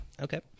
Okay